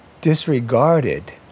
disregarded